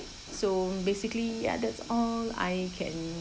so basically ya that's all I can